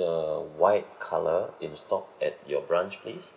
the white colour in stock at your branch please